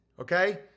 okay